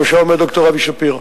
בראשה עומד ד"ר אבי שפירא.